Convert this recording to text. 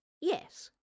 Yes